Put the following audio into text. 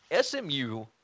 SMU